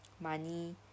money